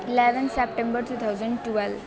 eleven September two thousand twelve